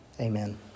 Amen